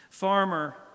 Farmer